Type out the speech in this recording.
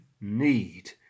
need